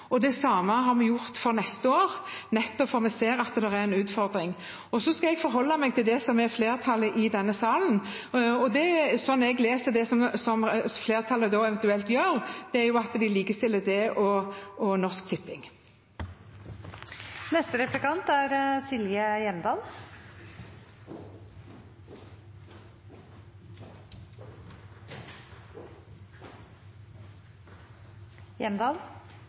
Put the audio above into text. Det samme har vi gjort for neste år, nettopp fordi vi ser det er en utfordring. Jeg skal forholde meg til det som det er flertall for i denne sal, og slik jeg leser det flertallet eventuelt gjør, er det at de likestiller dette og Norsk Tipping. La det ikke være noen tvil: Fremskrittspartiet er